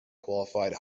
qualified